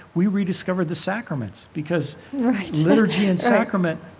we rediscovered the sacraments because liturgy and sacrament,